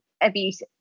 abuse